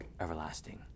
everlasting